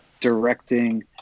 directing